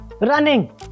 Running